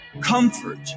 comfort